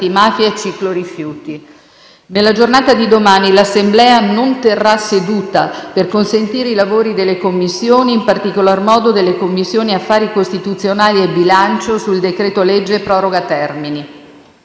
antimafia e ciclo rifiuti. Nella giornata di domani, l'Assemblea non terrà seduta per consentire i lavori delle Commissioni, in particolar modo delle Commissione affari costituzionali e bilancio sul decreto-legge proroga termini.